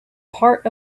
part